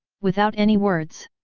without any words.